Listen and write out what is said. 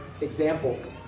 examples